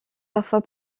parfois